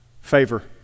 favor